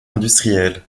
industriel